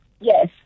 Yes